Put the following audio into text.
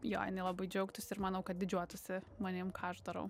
jo jinai labai džiaugtųsi ir manau kad didžiuotųsi manim ką aš darau